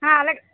ఆ అలాగే